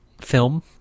film